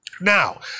Now